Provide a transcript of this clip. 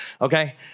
okay